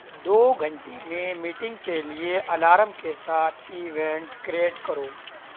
دو گھنٹے میں میٹنگ کے لیے الارم کے ساتھ ایونٹ کریئیٹ کرو